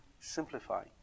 simplify